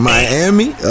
Miami